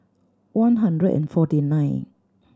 one hundred and forty nine